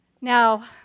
Now